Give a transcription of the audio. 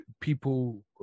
people